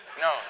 No